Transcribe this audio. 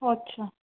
अच्छा